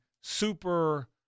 super